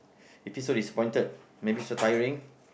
you feel so disappointed maybe so tiring